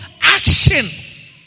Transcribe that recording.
action